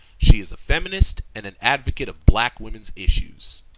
she is a feminist, and an advocate of black women's issues.